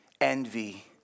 envy